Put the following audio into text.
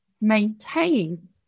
maintain